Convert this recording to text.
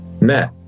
met